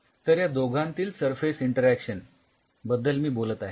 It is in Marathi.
तर या दोघांतील सरफेस इंटरॅक्शन बद्दल मी बोलत आहे